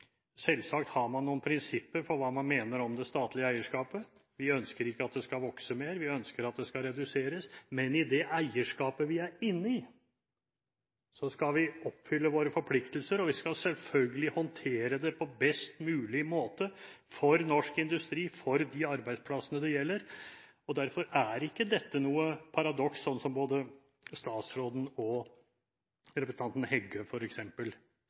selvsagt har man noen prinsipper for hva man mener om det statlige eierskapet. Vi ønsker ikke at det skal vokse mer; vi ønsker at det skal reduseres. Men i det eierskapet vi er inne i, skal vi oppfylle våre forpliktelser, og vi skal selvfølgelig håndtere det på best mulig måte for norsk industri, for de arbeidsplassene det gjelder. Derfor er ikke dette noe paradoks, slik som både statsråden og representanten Heggø,